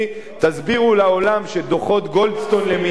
תסבירו לעולם שדוחות גולדסטון למיניהם